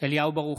אליהו ברוכי,